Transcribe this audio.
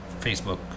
Facebook